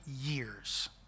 years